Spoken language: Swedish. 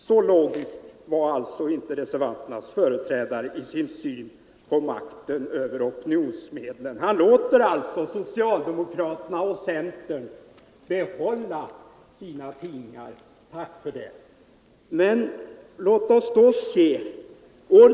Så långt ville inte reservanternas företrädare sträcka sig i sin syn på makten över opinionsmedlen. Han låter alltså socialdemokraterna och centern behålla sina tidningar. Tack för det! Men låt oss då se på några siffror.